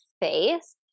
face